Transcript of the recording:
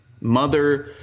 Mother